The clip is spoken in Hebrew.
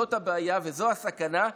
זאת הבעיה וזו הסכנה,